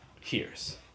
hears